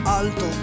alto